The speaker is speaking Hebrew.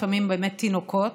לפעמים באמת תינוקות.